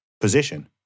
position